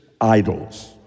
idols